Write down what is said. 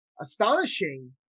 astonishing